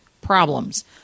problems